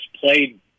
played